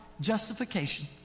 justification